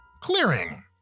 clearing